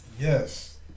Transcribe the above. Yes